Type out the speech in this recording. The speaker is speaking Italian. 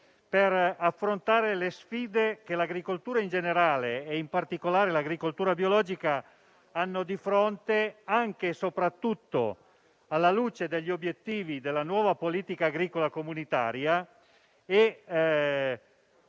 per affrontare le sfide che l'agricoltura in generale e l'agricoltura biologica in particolare hanno di fronte, soprattutto alla luce degli obiettivi della nuova Politica agricola comunitaria e